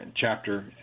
chapter